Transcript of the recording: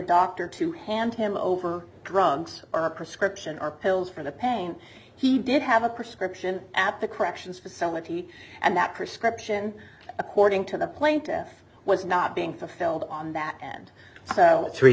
doctor to hand him over drugs or a prescription or pills for the pain he did have a prescription at the corrections facility and that prescription according to the plaintiff was not being fulfilled on that hand so three